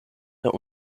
der